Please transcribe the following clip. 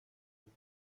vous